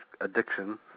addiction